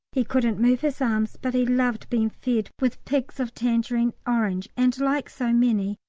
he couldn't move his arms, but he loved being fed with pigs of tangerine orange, and, like so many,